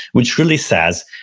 which really says,